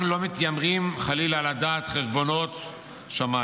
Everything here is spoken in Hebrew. אנחנו לא מתיימרים, חלילה, לדעת חשבונות שמיים,